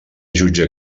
jutja